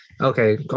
okay